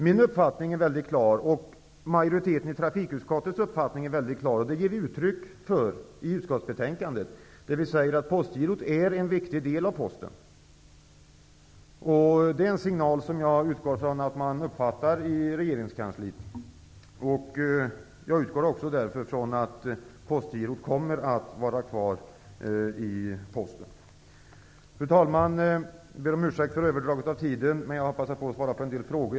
Min uppfattning och uppfattningen inom majoriteten i trafikutskottet är mycket klar, och den ger vi uttryck för i utskottsbetänkandet, där vi säger att Postgirot är en viktig del av Posten. Det är en signal som jag utgår från att man uppfattar i regeringskansliet. Jag utgår därför också från att Postgirot kommer att få ligga kvar inom Posten. Fru talman! Jag ber om ursäkt för tidsöverdraget, men jag har begagnat tillfället att svara på en del frågor.